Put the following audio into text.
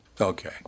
Okay